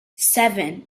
seven